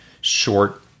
short